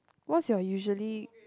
what's your usually